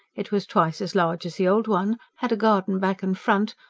it was twice as large as the old one, had a garden back and front,